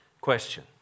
Question